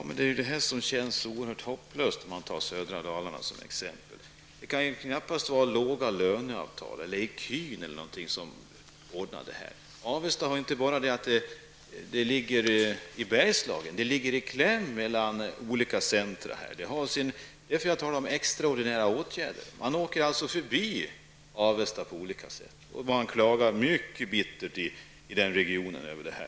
Herr talman! Ja, men detta känns så oerhört hopplöst, t.ex. beträffande södra Dalarna. Det kan ju knappast bero på låga löneavtal, ecun eller någonting annat. Det är inte bara detta att Avesta ligger Bergslagen, utan det ligger i kläm mellan olika centra här. Det är därför jag talar om extraordinära åtgärder. Man åker förbi Avesta på olika sätt. Man klagar mycket bittert i den här regionen över detta.